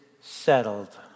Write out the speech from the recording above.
settled